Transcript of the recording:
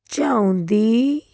ਚਾਹੁੰਦੀ